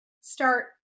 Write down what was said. start